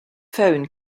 phone